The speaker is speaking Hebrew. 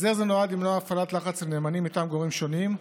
הסדר זה נועד למנוע הפעלת לחץ על נאמנים מטעם גורמים שונים,